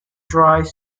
dries